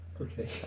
Okay